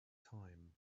time